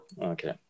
Okay